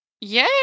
Yay